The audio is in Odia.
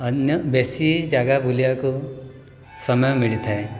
ଅନ୍ୟ ବେଶୀ ଜାଗା ବୁଲିବାକୁ ସମୟ ମିଳିଥାଏ